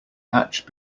hatch